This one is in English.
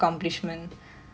mm